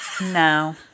No